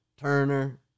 Turner